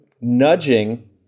nudging